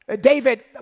David